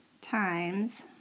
times